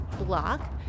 block